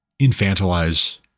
infantilize